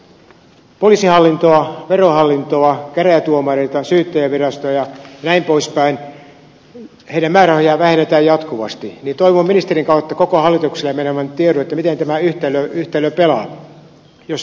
jos poliisihallintoa verohallintoa käräjätuomareita syyttäjävirastoja ja näin poispäin heidän määrärahojaan vähennetään jatkuvasti niin toivon ministerin kautta koko hallitukselle menevän tiedon miten tämä yhtälö pelaa jossa resursseja vähennetään